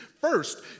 First